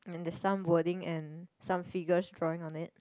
and there some wording and some figures drawing on it